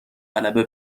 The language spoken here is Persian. غلبه